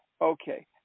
Okay